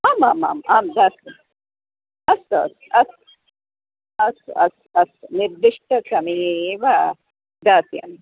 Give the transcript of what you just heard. आम् आम् आम् आम् अस्तु अस्तु अस्तु अस्तु अस्तु अस्तु अस्तु निर्दिष्टसमये एव दास्यामि